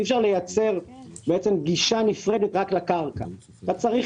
עשרה אחים זה נחשב לאחד, אז אין